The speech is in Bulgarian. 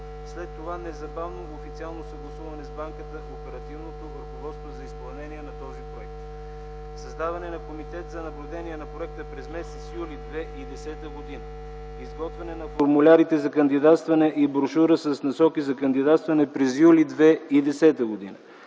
след това незабавно официално съгласуване с Банката на Оперативното ръководство за изпълнение на този проект; - създаване на Комитет за наблюдение на проекта през м. юли 2010 г.; - изготвяне на формулярите за кандидатстване и брошура с насоки за кандидатстване през м. юли 2010 г.;